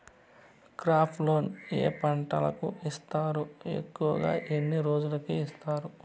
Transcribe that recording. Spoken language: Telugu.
క్రాప్ లోను ఏ పంటలకు ఇస్తారు ఎక్కువగా ఎన్ని రోజులకి ఇస్తారు